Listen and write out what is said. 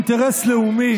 אינטרס לאומי.